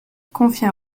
confie